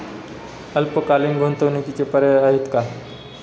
अल्पकालीन गुंतवणूकीचे पर्याय आहेत का?